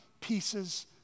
pieces